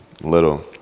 little